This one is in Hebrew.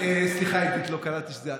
סליחה, עידית, לא קלטתי שזו את.